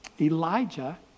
Elijah